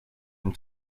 and